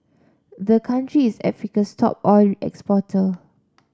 the country is Africa's top oil exporter